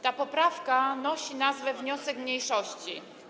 Ta poprawka nosi nazwę: wniosek mniejszości.